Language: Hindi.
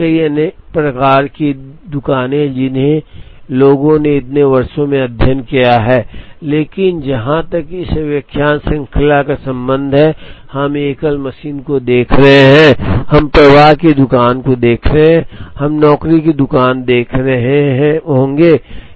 तो और कई अन्य प्रकार की दुकानें हैं जिन्हें लोगों ने इतने वर्षों में अध्ययन किया है लेकिन जहां तक इस व्याख्यान श्रृंखला का संबंध है हम एकल मशीन को देख रहे हैं हम प्रवाह की दुकान को देख रहे हैं और हम नौकरी की दुकान देख रहा होगा